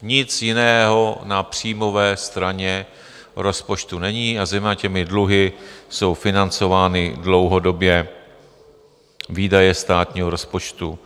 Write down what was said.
Nic jiného na příjmové straně rozpočtu není a zejména těmi dluhy jsou financovány dlouhodobě výdaje státního rozpočtu.